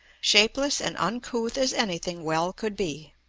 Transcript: shapeless and uncouth as anything well could be.